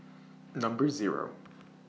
Number Zero